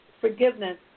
forgiveness